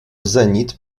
zenit